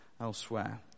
elsewhere